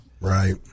Right